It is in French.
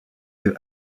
que